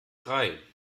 drei